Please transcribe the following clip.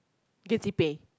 yes he pay